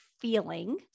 feeling